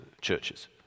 churches